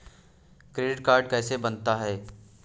Credit card कैसे बनता है?